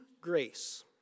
grace